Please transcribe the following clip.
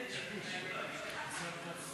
?